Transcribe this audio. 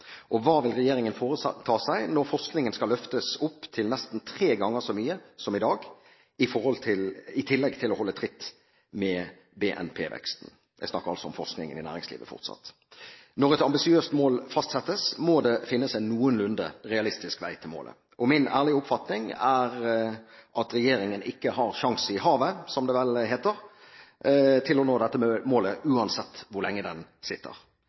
Og hva vil regjeringen foreta seg når forskningen skal løftes opp til nesten tre ganger så mye som i dag, i tillegg til å holde tritt med BNP-veksten? Jeg snakker altså om forskningen i næringslivet fortsatt. Når et ambisiøst mål fastsettes, må det finnes en noenlunde realistisk vei til målet. Min ærlige oppfatning er at regjeringen ikke har «sjans i havet», som det vel heter, til å nå dette målet uansett hvor lenge den sitter.